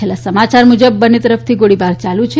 છેલ્લા સમાચાર મુજબ બંને તરફથી ગોળીબાર યાલુ છે